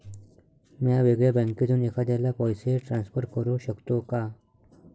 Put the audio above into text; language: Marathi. म्या वेगळ्या बँकेतून एखाद्याला पैसे ट्रान्सफर करू शकतो का?